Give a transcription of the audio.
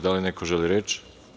Da li neko želi reč?